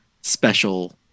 special